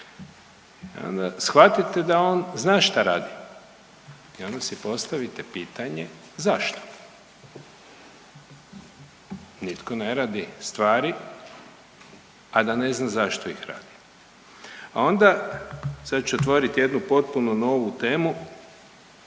I onda shvatite da on zna šta radi. I onda si postavite pitanje zašto? Nitko ne radi stvari, a da ne zna zašto ih radi. Onda sad ću otvorit jednu potpuno novu temu,